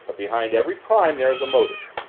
behind every crime there is a motive.